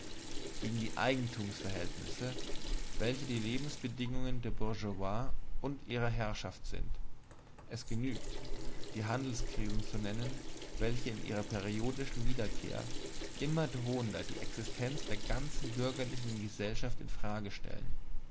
gegen die eigentumsverhältnisse welche die lebensbedingungen der bourgeoisie und ihrer herrschaft sind es genügt die handelskrisen zu nennen welche in ihrer periodischen wiederkehr immer drohender die existenz der ganzen bürgerlichen gesellschaft in frage stellen